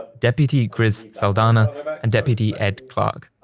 but deputy chris saldana and deputy ed clark.